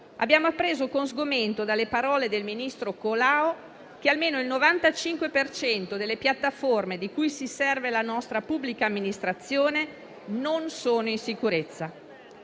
abbiamo appreso con sgomento dalle parole del ministro Colao che almeno il 95 per cento delle piattaforme di cui si serve la nostra pubblica amministrazione non è in sicurezza.